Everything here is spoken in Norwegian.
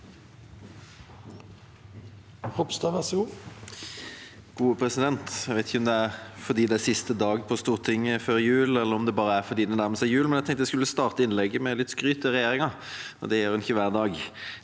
Ropstad (KrF) Jeg vet ikke om det er fordi det er siste dag på Stortinget før jul, eller om det bare er fordi det nærmer seg jul, men jeg tenkte jeg skulle starte innlegget med litt skryt til regjeringa, og det gjør jeg ikke hver dag.